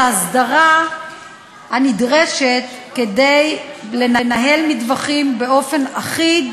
ההסדרה הנדרשת כדי לנהל מטווחים באופן אחיד,